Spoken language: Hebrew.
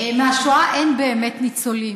מהשואה אין באמת ניצולים,